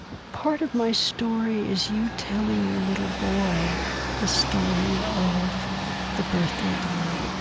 part of my story is you telling your little boy the story of the birthday of the world.